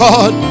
God